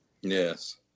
Yes